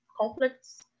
Conflicts